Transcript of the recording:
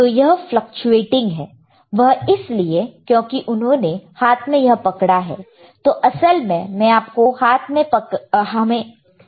तो यह फ्लकचुएटिंग है वह इसलिए क्योंकि उन्होंने उनके हाथ में यह पकड़ा है तो असल में आपको हाथ में पकड़ना नहीं है